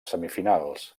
semifinals